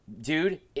dude